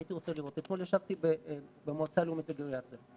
אתמול ישבתי במועצה הלאומית לגריאטריה,